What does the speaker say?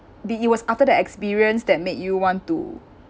did it was after the experience that made you want to